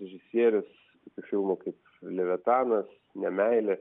režisierius to filmo kaip levitanas ne meilė